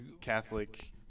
Catholic